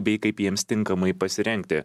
bei kaip jiems tinkamai pasirengti